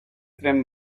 tren